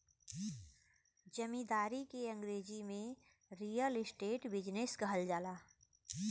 जमींदारी के अंगरेजी में रीअल इस्टेट बिजनेस कहल जाला